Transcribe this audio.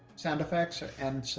sound effects ah and